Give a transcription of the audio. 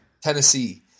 Tennessee